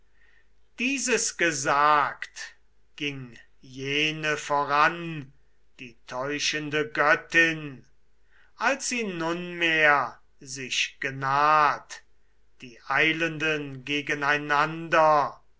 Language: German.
dieses gesagt ging jene voran die täuschende göttin als sie nunmehr sich genaht die eilenden gegeneinander